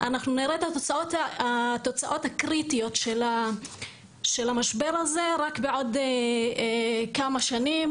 אנחנו נראה את ההשלכות הקריטיות של המשבר הזה רק בעוד כמה שנים.